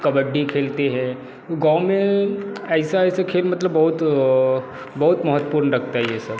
कबड्डी खेलते हैं गाँव में ऐसा ऐसा खेल मतलब बहुत बहुत महत्वपूर्ण रखता है यह सब